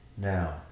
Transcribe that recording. now